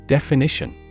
Definition